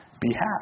behalf